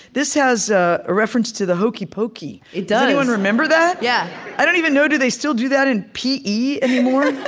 this has ah a reference to the hokey pokey it does does anyone remember that? yeah i don't even know do they still do that in p e. anymore?